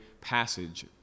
passage